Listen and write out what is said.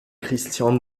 christian